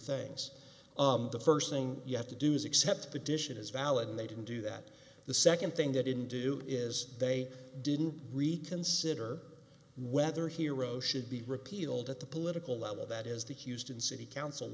things the first thing you have to do is accept petition is valid and they didn't do that the second thing they didn't do is they didn't reconsider whether hero should be repealed at the political level that is the houston city council